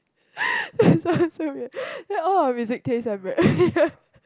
that's why I'm so weird ya all of our music taste are very weird